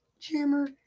Jammer